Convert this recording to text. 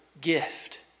gift